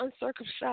uncircumcised